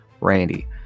Randy